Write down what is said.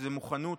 שזה גם מוכנות